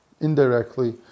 indirectly